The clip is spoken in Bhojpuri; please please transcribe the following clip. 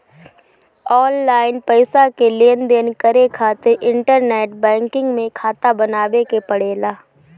ऑनलाइन पईसा के लेनदेन करे खातिर इंटरनेट बैंकिंग में खाता बनावे के पड़ेला